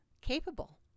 Capable